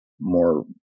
more